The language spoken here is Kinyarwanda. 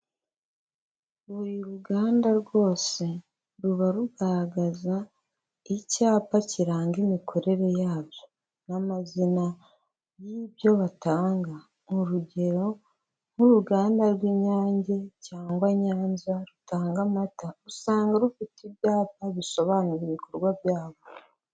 Buri ruganda rwose, ruba rugaragaza icyapa kiranga imikorere yabyo n'amazina y'ibyo batanga, rugero nk'uruganda rw'Inyange cyangwa Nyanza rutanga amata, usanga rufite ibyapa bisobanura ibikorwa byabo.